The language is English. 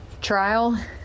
trial